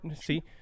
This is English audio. see